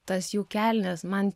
tas jų kelnes man